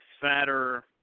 fatter